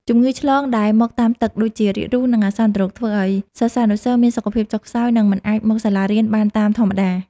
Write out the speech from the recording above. ជំងឺឆ្លងដែលមកតាមទឹក ដូចជារាករូស និងអាសន្នរោគ ធ្វើឱ្យសិស្សានុសិស្សមានសុខភាពចុះខ្សោយ និង មិនអាចមកសាលារៀនបានតាមធម្មតា។